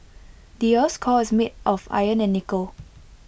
the Earth's core is made of iron and nickel